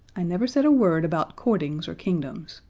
i never said a word about courtings or kingdoms.